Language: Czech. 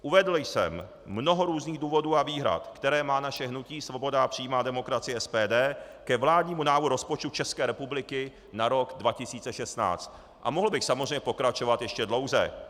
Uvedl jsem mnoho různých důvodů a výhrad, které má naše hnutí Svoboda a přímá demokracie SPD k vládnímu návrhu rozpočtu České republiky na rok 2016, a mohl bych samozřejmě pokračovat ještě dlouze.